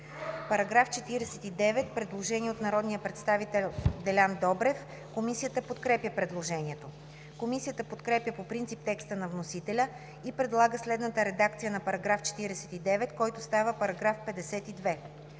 По § 49 има предложение от народния представител Делян Добрев. Комисията подкрепя предложението. Комисията подкрепя по принцип текста на вносителя и предлага следната редакция на § 49, който става § 52: „§ 52.